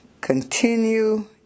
continue